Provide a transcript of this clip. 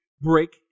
break